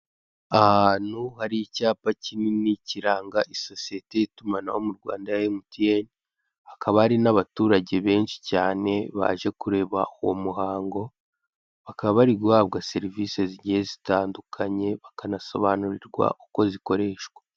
Ahantu hari icyapa kinini kiranga isosiyete y'itumanaho mu Rwanda ya MTN, hakaba hari n'abaturage benshi cyane baje kureba uwo muhango, bakaba bari guhabwa serivise zigiye zitandukanye, bakanasobanurirwa uko zikoreshwa.